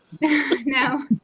No